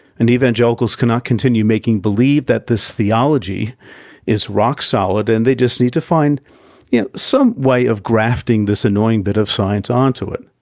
and evangelicals cannot continue making believe that this theology is rock solid, and they just need to find yeah some way of grafting this annoying bit of science onto it.